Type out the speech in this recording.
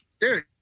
dude